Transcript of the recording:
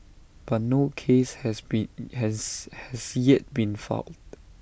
but no case has been has has yet been filed